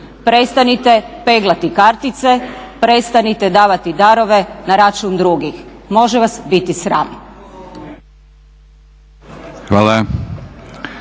prestanite peglati kartice, prestanite davati darove na račun drugih. Može vas biti sram.